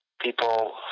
people